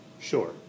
Sure